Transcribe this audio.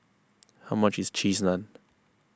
how much is Cheese Naan